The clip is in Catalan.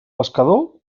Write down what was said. pescador